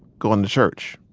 going to church,